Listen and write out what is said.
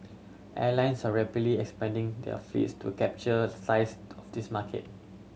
airlines are rapidly expanding their fleets to capture slice of this market